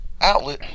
outlet